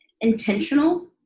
intentional